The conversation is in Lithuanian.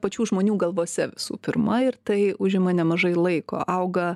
pačių žmonių galvose visų pirma ir tai užima nemažai laiko auga